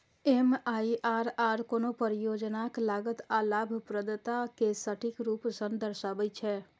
MIRR कोनो परियोजनाक लागत आ लाभप्रदता कें सटीक रूप सं दर्शाबै छै